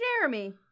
Jeremy